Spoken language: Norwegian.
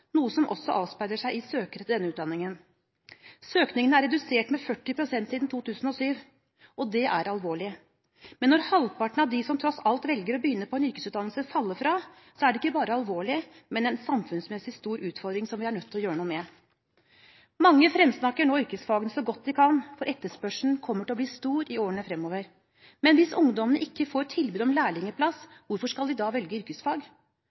noe som også avspeiler seg i antall søkere til denne utdanningen. Søkningen er redusert med 40 pst. siden 2007, og det er alvorlig. Men når halvparten av dem som tross alt velger å begynne på en yrkesutdannelse, faller fra, er det ikke bare alvorlig, men en samfunnsmessig stor utfordring, som vi er nødt til å gjøre noe med. Mange fremsnakker nå yrkesfagene så godt de kan, for etterspørselen kommer til å bli stor i årene fremover. Men hvis ungdommene ikke får tilbud om lærlingplass, hvorfor skal de da velge yrkesfag?